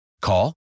Call